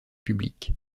publiques